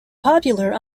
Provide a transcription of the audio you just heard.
popular